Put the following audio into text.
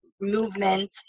movement